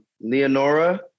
Leonora